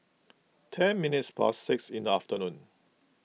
ten minutes past six in the afternoon